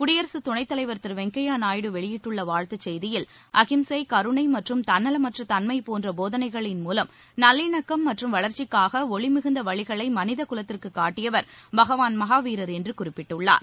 குடியரசு துணைத் தலைவர் திரு வெங்கய்ய நாயுடு வெளியிட்டுள்ள வாழ்த்து செய்தியில் அஹிம்சை கருணை மற்றும் தன்னலமற்ற தன்னம போன்ற போதனைகளின் மூலம் நல்லிணக்கம் மற்றும் வளர்ச்சிக்காக ஒளிமிகுந்த வழிகளை மனிதகுலத்திற்குக் காட்டியவர் பகவான் மஹாவீரர் என்று குறிப்பிட்டுள்ளார்